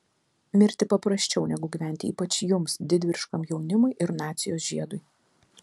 mirti paprasčiau negu gyventi ypač jums didvyriškam jaunimui ir nacijos žiedui